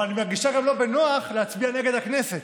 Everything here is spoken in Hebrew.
אבל אני מרגישה גם לא בנוח להצביע נגד הכנסת,